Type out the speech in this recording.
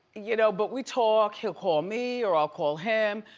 you know, but we talk, he'll call me or i'll call him,